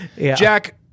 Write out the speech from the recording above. Jack